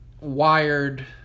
wired